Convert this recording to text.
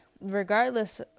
regardless